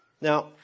Now